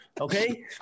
Okay